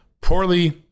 poorly